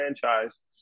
franchise